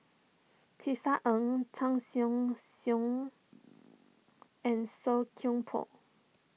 Tisa Ng Tan Seong Seong and Song Koon Poh